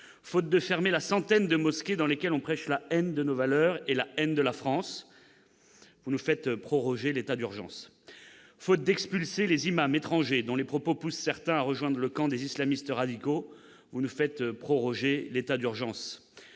Faute de fermer la centaine de mosquées dans lesquelles on prêche la haine de nos valeurs et la haine de la France, vous nous faites proroger l'état d'urgence. Faute d'expulser les imams étrangers dont les propos poussent certains à rejoindre le camp des islamistes radicaux, vous nous faites proroger l'état d'urgence.